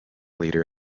leader